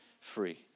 free